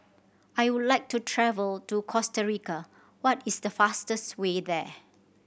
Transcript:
I would like to travel to Costa Rica what is the fastest way there